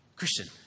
Christian